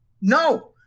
No